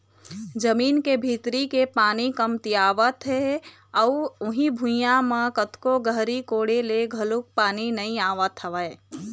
जमीन के भीतरी के पानी कमतियावत हे अउ उही भुइयां म कतको गहरी कोड़े ले घलोक पानी नइ आवत हवय